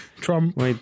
Trump